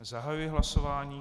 Zahajuji hlasování.